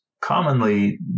commonly